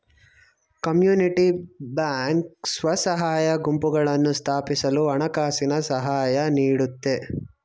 community bank ಸ್ವಸಹಾಯ ಗುಂಪುಗಳನ್ನು ಸ್ಥಾಪಿಸಲು ಹಣಕಾಸಿನ ಸಹಾಯ ನೀಡುತ್ತೆ